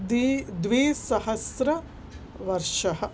दी द्विसहस्रवर्षः